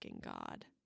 god